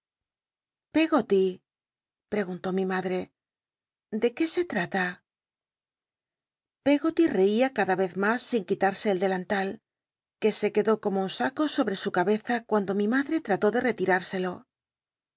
pregunló mi madre de qué se trata pcggoty rcia cada ez mas sin quitarse el delantal que se quedó como un saco sobl'c su cabeza cuando mi madrc trató de